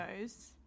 knows